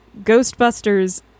Ghostbusters